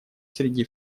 среди